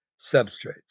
substrates